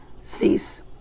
cease